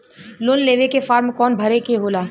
Loan लेवे के form कौन भरे के होला?